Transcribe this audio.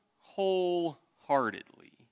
wholeheartedly